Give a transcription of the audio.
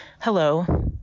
Hello